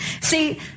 See